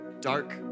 Dark